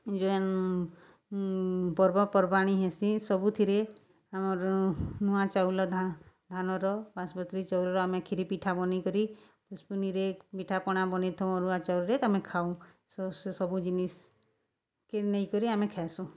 ଯେନ୍ ପର୍ବପର୍ବାଣି ହେସି ସବୁଥିରେ ଆମର୍ ନୂଆ ଚାଉଲ ଧାନର ବାସପତ୍ରୀ ଚାଉଳର ଆମେ କ୍ଷିରି ପିଠା ବନେଇକରି ପୁଷ୍ପୁନିରେ ପିଠାପଣା ବନେଇଥାଉ ଅରୁଆ ଚାଉଲ୍ରେ ଆମେ ଖାଉ ସେସବୁ ଜିନିଷ୍କେ ନେଇକରି ଆମେ ଖାଏସୁଁ